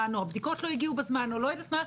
או הבדיקות לא הגיעו בזמן או לא יודעת מה,